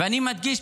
אני מדגיש,